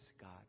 God